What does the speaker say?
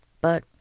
But